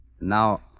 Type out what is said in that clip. Now